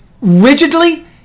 rigidly